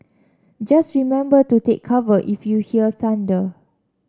just remember to take cover if you hear thunder